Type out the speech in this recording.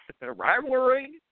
Rivalry